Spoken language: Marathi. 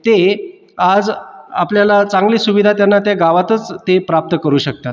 ते आज आपल्याला चांगली सुविधा त्यांना त्या गावातच ते प्राप्त करू शकतात